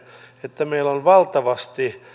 että meillä on valtavasti